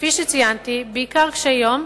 כפי שציינתי, בעיקר קשי יום.